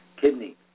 kidney